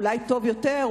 אולי טוב יותר,